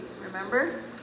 remember